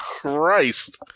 Christ